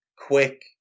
Quick